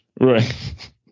Right